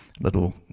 little